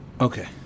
Okay